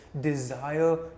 desire